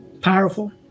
powerful